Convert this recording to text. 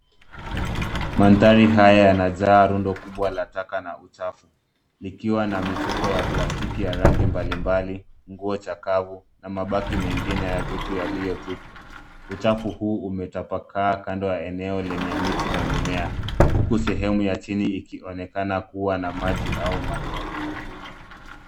Mandhari haya yanajaa rundo kubwa la taka na uchafu, likiwa na mifuko ya plastiki ya rangi mbalimbali, nguo chakavu na mabaki mengine ya vitu yaliyotupwa. Uchafu huu umetapakaa kando ya eneo lenye miti na mimea. Huku sehemu ya chini ikionekana kuwa na maji au matope.